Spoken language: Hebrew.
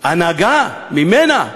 ההנהגה, ממנה.